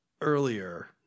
earlier